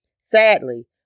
Sadly